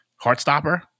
Heartstopper